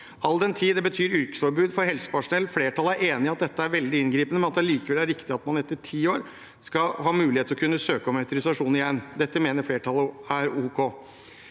all den tid det betyr yrkesforbud for helsepersonell. Flertallet er enig i at dette er veldig inngripende, men at det likevel er riktig at man etter ti år skal ha mulighet til å kunne søke om autorisasjon igjen. Dette mener flertallet er ok.